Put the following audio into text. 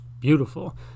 beautiful